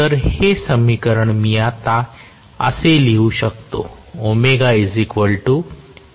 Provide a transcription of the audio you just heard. तर हे समीकरण मी आता असेच लिहू शकतो